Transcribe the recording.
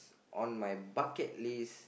on my bucket list